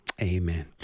Amen